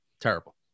terrible